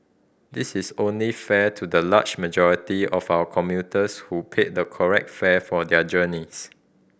this is only fair to the large majority of our commuters who pay the correct fare for their journeys